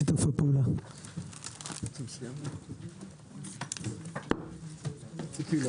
הישיבה ננעלה בשעה 12:30.